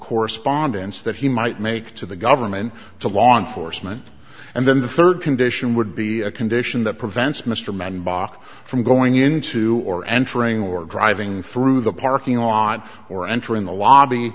correspondence that he might make to the government to law enforcement and then the third condition would be a condition that prevents mr mann bach from going into or entering or driving through the parking on or entering the lobby